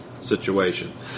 situation